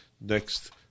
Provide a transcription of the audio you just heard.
next